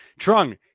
Trung